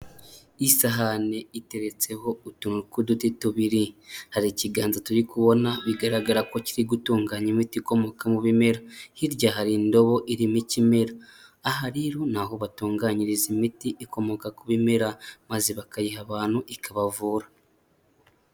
Isahani iteretseho utuntu tw'uduti tubiri, hari ikiganza turi kubona bigaragara ko kiri gutunganya imiti ikomoka mu bimera, hirya hari indobo irimo ikimera. Aha rero ni aho batunganyiriza imiti ikomoka ku bimera, maze bakayiha abantu ikabavura.